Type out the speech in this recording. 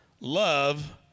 love